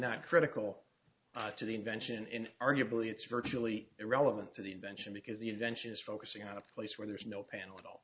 not critical to the invention in arguably it's virtually irrelevant to the invention because the invention is focusing on a place where there's no panel at all